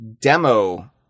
demo